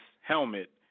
helmet